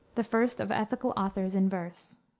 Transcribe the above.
the first of ethical authors in verse.